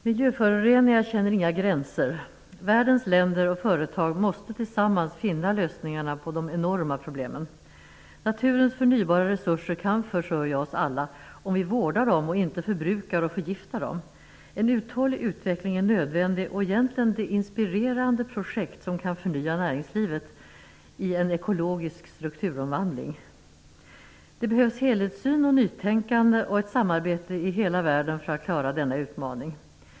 Herr talman! Miljöföroreningar känner inga gränser. Världens länder och företag måste tillsammans finna lösningarna på de enorma problemen. Naturens förnybara resurser kan försörja oss alla om vi vårdar dem och inte förbrukar och förgiftar dem. En uthållig utveckling är nödvändig och egentligen det inspirerande projekt som kan förnya näringslivet i en ekologisk strukturomvandling. Det behövs helhetssyn och nytänkande och ett samarbete i hela världen för att klara denna utmaning.